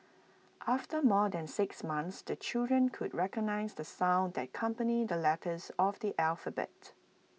after more than six months the children could recognise the sounds that accompany the letters of the alphabet